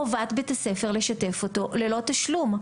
חובת בית הספר לשתף אותו ללא תשלום,